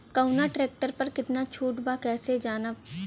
कवना ट्रेक्टर पर कितना छूट बा कैसे जानब?